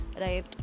right